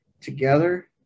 together